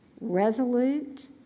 resolute